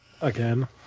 Again